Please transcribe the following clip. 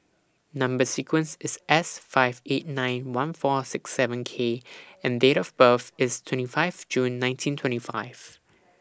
Number sequence IS S five eight nine one four six seven K and Date of birth IS twenty five June nineteen twenty five